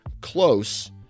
close